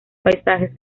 paisajes